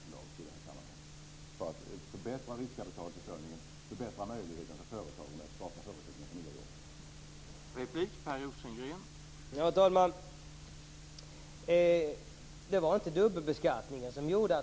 Det handlar om att förbättra riskkapitalförsörjningen och förbättra möjligheterna för företagen att skapa förutsättningar för nya jobb.